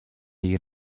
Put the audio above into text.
jej